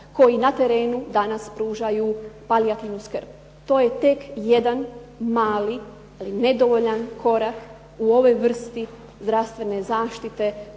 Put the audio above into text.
koji na terenu danas pružaju palijativnu skrb. To je tek jedan mali ali nedovoljan korak u ovoj vrsti zdravstvene zaštite